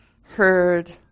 heard